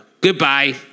Goodbye